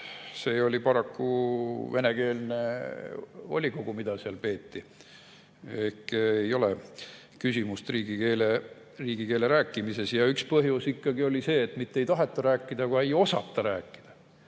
see oli paraku venekeelne volikogu, mida seal peeti. Ehk ei ole küsimust riigikeele rääkimises. Üks põhjus ikkagi oli see, et mitte ei taheta rääkida, aga ei osata rääkida.